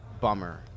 bummer